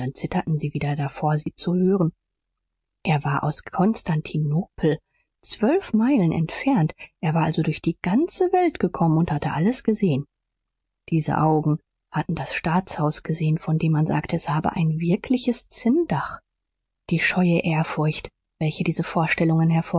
zitterten sie wieder davor sie zu hören er war aus konstantinopel zwölf meilen entfernt er war also durch die ganze welt gekommen und hatte alles gesehen diese augen hatten das staatshaus gesehen von dem man sagte es habe ein wirkliches zinndach die scheue ehrfurcht welche diese vorstellungen